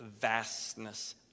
vastness